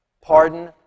Pardon